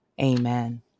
Amen